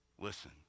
listen